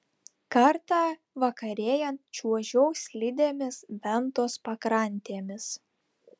kartą vakarėjant čiuožiau slidėmis ventos pakrantėmis